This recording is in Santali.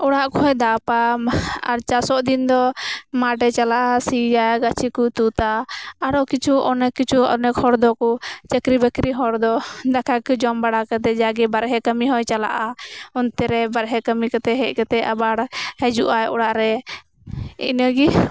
ᱚᱲᱟᱜ ᱠᱩᱭ ᱫᱟᱯᱟ ᱟᱨ ᱪᱟᱥᱚᱜ ᱫᱤᱱ ᱫᱚ ᱢᱟᱴᱮ ᱪᱟᱞᱟᱜᱼᱟ ᱥᱤᱭᱟ ᱜᱟᱪᱷᱤᱠᱩ ᱛᱩᱫᱟ ᱟᱨᱚᱠᱤᱪᱷᱩ ᱚᱱᱮᱠ ᱠᱤᱪᱷᱩ ᱚᱱᱮᱠ ᱦᱚᱲᱫᱚᱠᱩ ᱪᱟᱹᱠᱨᱤ ᱵᱟᱹᱠᱨᱤ ᱦᱚᱲᱫᱚ ᱫᱟᱠᱟᱠᱩ ᱡᱚᱢ ᱵᱟᱲᱟ ᱠᱟᱛᱮᱫ ᱡᱟᱜᱤ ᱵᱟᱨᱦᱮ ᱠᱟᱹᱢᱤᱦᱚᱭ ᱪᱟᱞᱟᱜᱼᱟ ᱚᱱᱛᱮᱨᱮ ᱵᱟᱨᱦᱮ ᱠᱟᱹᱢᱤ ᱠᱟᱛᱮᱫ ᱦᱮᱡ ᱠᱟᱛᱮᱫ ᱟᱵᱟᱨ ᱦᱤᱡᱩᱜ ᱟᱭ ᱚᱲᱟᱜ ᱨᱮ ᱤᱱᱟᱹᱜᱤ